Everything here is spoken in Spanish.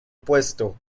puesto